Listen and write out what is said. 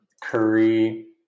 Curry